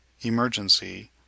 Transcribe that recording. emergency